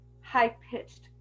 high-pitched